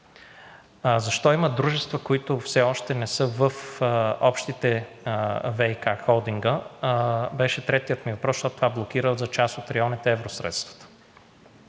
Защо има дружества, които все още не са в общите – ВиК холдинга, беше третият ми въпрос, защото това блокира за част от районите евросредствата.